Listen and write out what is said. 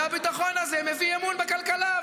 והביטחון הזה מביא אמון בכלכלה.